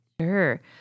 Sure